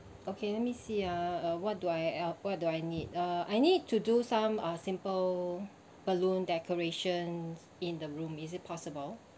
okay let me see ah uh what do I el~ what do I need uh I need to do some uh simple balloon decorations in the room is it possible